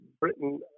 Britain